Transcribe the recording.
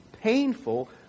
painful